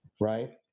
Right